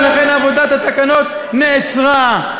ולכן עבודת התקנות נעצרה.